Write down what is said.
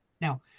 Now